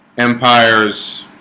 empire's